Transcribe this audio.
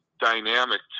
dynamic